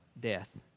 Death